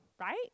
right